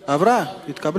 2009,